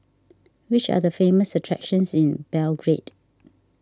which are the famous attractions in Belgrade